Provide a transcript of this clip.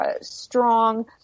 strong